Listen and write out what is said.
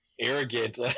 arrogant